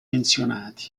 menzionati